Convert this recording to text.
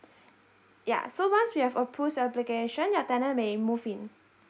ya so once we have approved your application your tenant may move in